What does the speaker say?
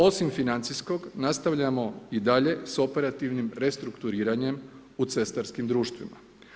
Osim financijskog nastavljamo i dalje s operativnim restrukturiranjem u cestarskim društvima.